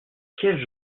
quelle